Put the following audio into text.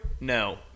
No